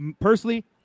personally